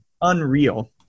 Unreal